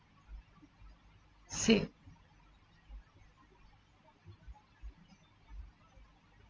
sick